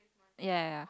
ya ya